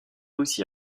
aussi